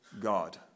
God